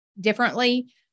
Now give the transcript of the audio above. differently